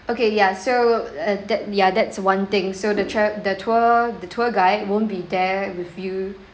okay ya so uh ya that's one thing so the chirp the tour the tour guide won't be there with you